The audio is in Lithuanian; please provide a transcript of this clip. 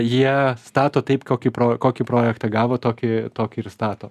jie stato taip kokį pro kokį projektą gavo tokį tokį ir stato